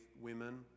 women